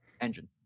engine